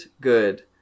good